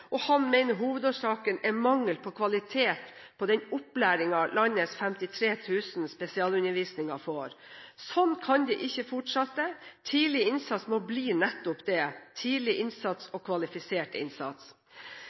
og han mener hovedårsaken er mangel på kvalitet på den opplæringen landets 53 000 spesialundervisningselever får. Sånn kan det ikke fortsette – tidlig innsats må bli nettopp det: tidlig innsats og kvalifisert innsats.